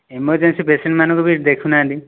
emergency ପେସେଣ୍ଟମାନଙ୍କୁ ବି ଦେଖୁନାହାନ୍ତି